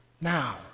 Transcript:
Now